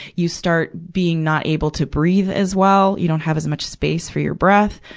you start being not able to breathe as well. you don't have as much space for your breath,